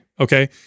Okay